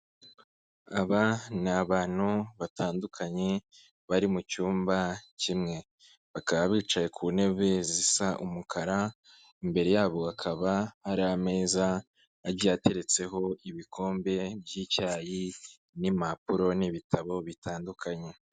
Aba ni abantu batandukanye bari mu cyumba kimwe. Bakaba bicaye ku ntebe zisa umukara, imbere yabo hakaba hari ameza agiye ateretseho ibikombe by'icyayi n'impapuro n'ibitabo bitandukanye.